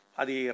adi